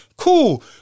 cool